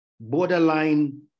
borderline